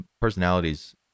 personalities